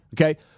Okay